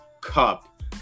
Cup